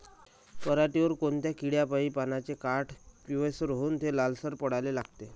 पऱ्हाटीवर कोनत्या किड्यापाई पानाचे काठं पिवळसर होऊन ते लालसर पडाले लागते?